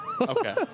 okay